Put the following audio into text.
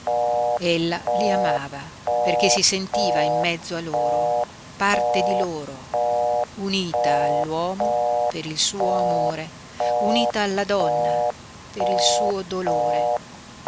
promessa ella li amava perché si sentiva in mezzo a loro parte di loro unita all'uomo per il suo amore unita alla donna per il suo dolore